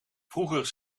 vroeger